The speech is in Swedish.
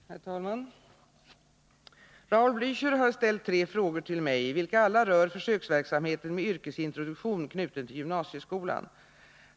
Herr talman! Raul Blächer har ställt tre frågor till mig, vilka alla rör försöksverksamheten med yrkesintroduktion knuten till gymnasieskolan.